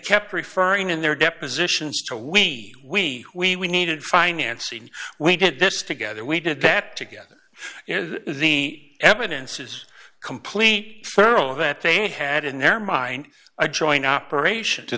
kept referring in their depositions to we we we we needed financing we did this together we did that together the evidence is complete feral that they had in their mind a joint operation to